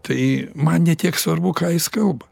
tai man ne tiek svarbu ką jis kalba